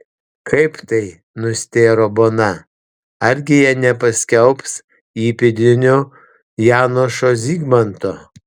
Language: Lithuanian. kaip tai nustėro bona argi jie nepaskelbs įpėdiniu janošo zigmanto